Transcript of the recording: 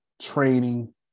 training